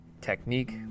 technique